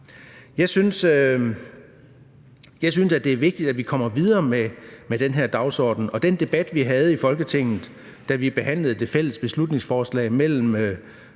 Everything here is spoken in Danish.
Jeg synes, at det er vigtigt, at vi kommer videre med den her dagsorden, og at det var en rigtig god debat, vi havde i Folketinget, da vi behandlede det fælles beslutningsforslag af